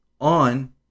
on